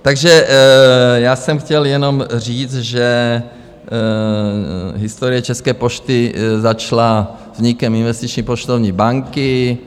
Takže já jsem chtěl jenom říct, že historie České pošty začala vznikem Investiční a poštovní banky.